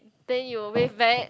then you waved back